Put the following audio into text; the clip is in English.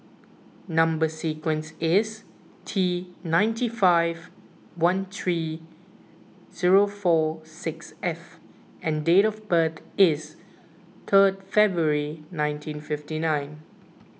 Number Sequence is T ninety five one three zero four six F and date of birth is third February nineteen fifty nine